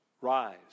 Rise